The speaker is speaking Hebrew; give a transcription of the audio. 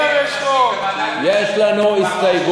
היום יש נשים בוועדת יש לנו הסתייגות,